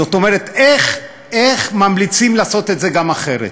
זאת אומרת איך ממליצים לעשות את זה גם אחרת,